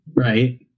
Right